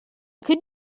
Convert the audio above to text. could